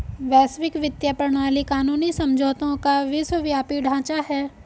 वैश्विक वित्तीय प्रणाली कानूनी समझौतों का विश्वव्यापी ढांचा है